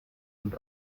und